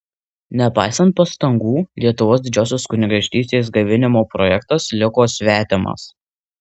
nepaisant pastangų lietuvos didžiosios kunigaikštystės gaivinimo projektas liko svetimas